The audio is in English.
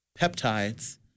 peptides